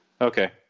Okay